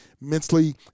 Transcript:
mentally